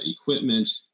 equipment